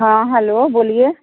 हाँ हलो बोलिए